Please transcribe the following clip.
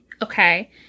Okay